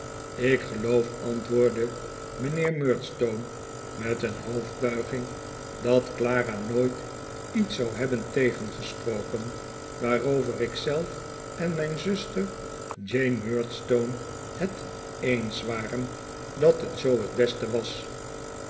ik geloof antwoordde mijnheer murdstone met een hoofdbuiging dat clara nooit iets zou hebben tegengesproken waarover ik zelf en mijn zuster jane murdstone het eens waren dat het zoo het beste was